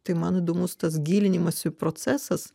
tai man įdomus tas gilinimosi procesas